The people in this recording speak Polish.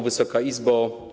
Wysoka Izbo!